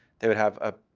they would have a